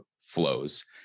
flows